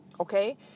Okay